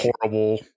horrible